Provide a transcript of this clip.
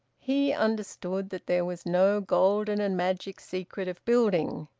he understood that there was no golden and magic secret of building.